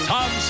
Tom